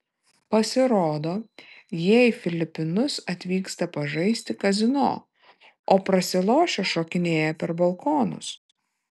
pasirodo jie į filipinus atvyksta pažaisti kazino o prasilošę šokinėja per balkonus